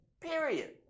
period